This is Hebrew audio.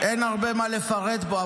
אין הרבה מה לפרט בו,